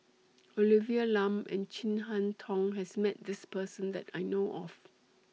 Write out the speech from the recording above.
Olivia Lum and Chin Harn Tong has Met This Person that I know of